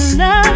love